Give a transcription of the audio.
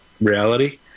reality